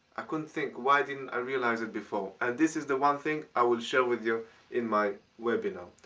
i couldn't think, why didn't i realize it before? and this is the one thing i will share with you in my webinar.